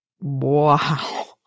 Wow